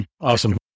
Awesome